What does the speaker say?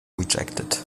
rejected